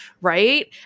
right